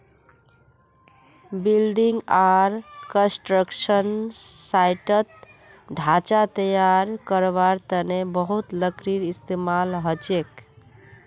building आर construction साइटत ढांचा तैयार करवार तने बहुत लकड़ीर इस्तेमाल हछेक